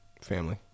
Family